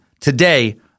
today